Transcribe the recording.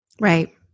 Right